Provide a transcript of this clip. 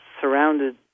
surrounded